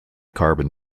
carbon